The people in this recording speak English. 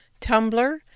Tumblr